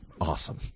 Awesome